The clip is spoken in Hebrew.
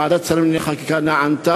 ועדת שרים לענייני חקיקה נענתה,